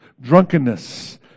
drunkenness